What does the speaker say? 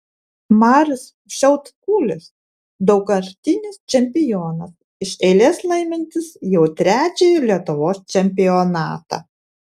marius šiaudkulis daugkartinis čempionas iš eilės laimintis jau trečiąjį lietuvos čempionatą